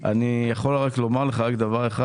אני יכול לומר לך דבר אחד.